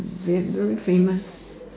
very famous